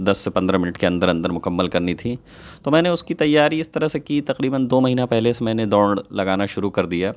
دس سے پندرہ منٹ کے اندر اندر مکمل کرنی تھی تو میں نے اس کی تیاری اس طرح سے کی تقریباً دو مہینہ پہلے سے میں نے دوڑ لگانا شروع کر دیا